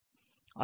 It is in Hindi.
ठीक है